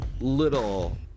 little